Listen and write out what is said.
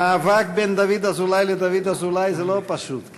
המאבק בין דוד אזולאי לדוד אזולאי זה לא פשוט.